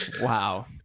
Wow